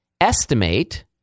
estimate